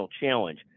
challenge